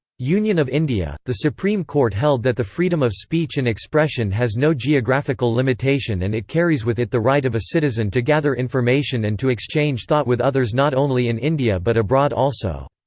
union of india, the supreme court held that the freedom of speech and expression has no geographical limitation and it carries with it the right of a citizen to gather information and to exchange thought with others not only in india but abroad also.